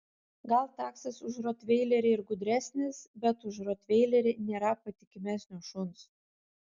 gal taksas už rotveilerį ir gudresnis bet už rotveilerį nėra patikimesnio šuns